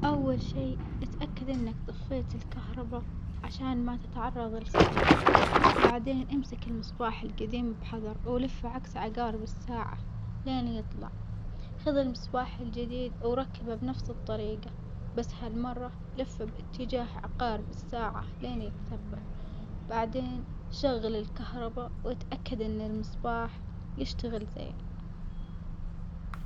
أول شي اتأكد إنك طفيت الكهربا عشان ما تتعرض لصدمة بعدين امسك المصباح الجديم بحذر ولفه عكس عجارب الساعة لين يطلع، خذ المصباح الجديد وركبه بنفس الطريجة، بس هالمرة لفه باتجاه عقارب الساعة لين يتثبت، بعدين شغل الكهربا واتأكد إن المصباح يشتغل زين.